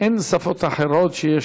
אין שפות אחרות שיש